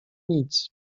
nic